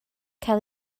cael